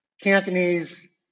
Cantonese